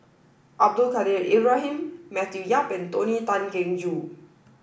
Abdul Kadir Ibrahim Matthew Yap and Tony Tan Keng Joo